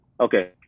Okay